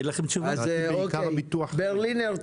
ברלינר,